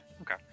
Okay